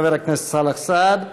חבר הכנסת סאלח סעד,